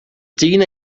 dyn